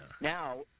Now